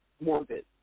morbid